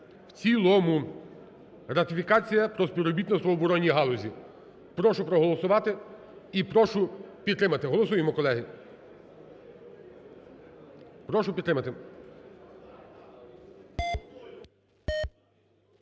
в цілому. Ратифікація про співробітництво в оборонній галузі. Прошу проголосувати і прошу підтримати. Голосуємо, колеги! Прошу підтримати.